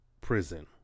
prison